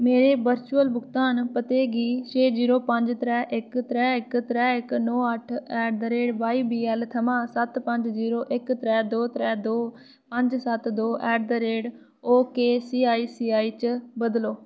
मेरे वर्चुअल भुगतान पते गी छे जीरो पंज त्रै इक त्रै इक त्रै ऐक्क नौ अट्ठ ऐट द रेट वाईबीऐल्ल थमां सत्त पंज जीरो इक त्रै दो त्रै दो पंज सत्त दो at the rate ok ICICI च बदलो